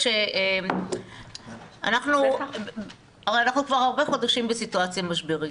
אנחנו הרבה חודשים בסיטואציה משברית.